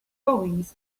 goings